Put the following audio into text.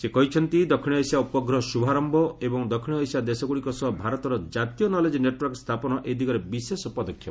ସେ କହିଛନ୍ତି ଦକ୍ଷିଣ ଏସିଆ ଉପଗ୍ରହ ଶୁଭାରମ୍ଭ ଏବଂ ଦକ୍ଷିଣ ଏସିଆ ଦେଶଗୁଡ଼ିକ ସହ ଭାରତର ଜାତୀୟ ନଲେଜ୍ ନେଟୱାର୍କ ସ୍ଥାପନ ଏ ଦିଗରେ ବିଶେଷ ପଦକ୍ଷେପ